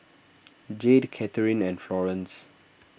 Jade Kathryn and Florance